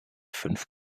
fünf